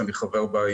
שאני חבר בה.